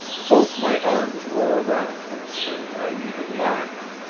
both my arms were around her and i even laughed.